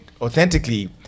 authentically